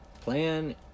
plan